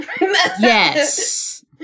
Yes